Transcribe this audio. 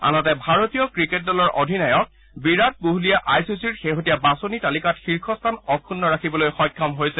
আনহাতে ভাৰতীয় ক্ৰিকেট দলৰ অধিনায়ক বিৰাট কোহলিয়ে আই চি চিৰ শেহতীয়া বাছনি তালিকাত শীৰ্ষ স্থান অক্ষুন্ন ৰাখিবলৈ সক্ষম হৈছে